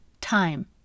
Time